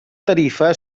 tarifa